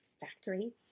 factory